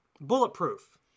Bulletproof